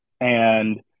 And-